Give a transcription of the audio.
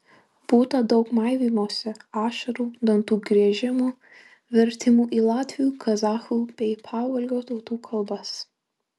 būta daug maivymosi ašarų dantų griežimo vertimų į latvių kazachų bei pavolgio tautų kalbas